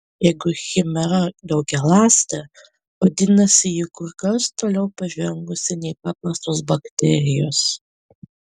jeigu chimera daugialąstė vadinasi ji kur kas toliau pažengusi nei paprastos bakterijos